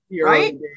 Right